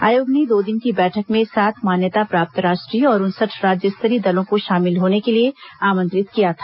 आयोग ने दो दिन की बैठक में सात मान्यता प्राप्त राष्ट्रीय और उनसठ राज्य स्तरीय दलों को शामिल होने के लिए आमंत्रित किया था